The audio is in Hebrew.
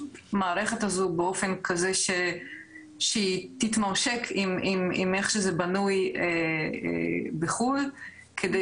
המערכת הזאת באופן כזה שהיא תתממשק עם איך שזה בנוי בחו"ל כדי